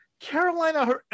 Carolina